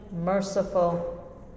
merciful